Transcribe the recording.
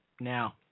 Now